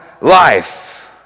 life